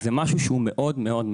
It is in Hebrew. זה משהו חשוב מאוד.